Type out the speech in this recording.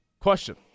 Question